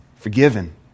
forgiven